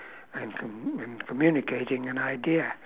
and com~ and communicating an idea